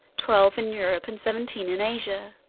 twelve in europe and seventeen in asia,